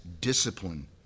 discipline